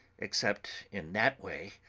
except in that way,